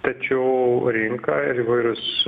tačiau rinka ir įvairūs